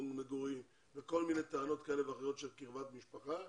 מגוריהם וכל מיני טענות כאלה ואחרות של קרבת משפחה.